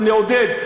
ונעודד.